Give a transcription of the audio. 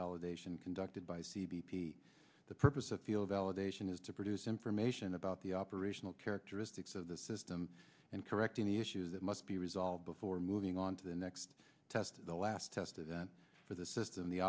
validation conducted by c b p the purpose of field validation is to produce information about the operational characteristics of the system and correcting the issues that must be resolved before moving on to the next test the last test event for the system the